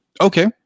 Okay